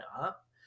up